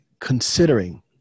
considering